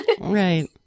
Right